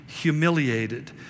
humiliated